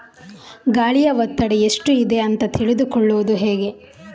ಗಾಳಿಯ ಒತ್ತಡ ಎಷ್ಟು ಇದೆ ಅಂತ ತಿಳಿದುಕೊಳ್ಳುವುದು ಹೇಗೆ?